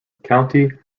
county